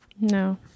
No